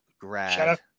grad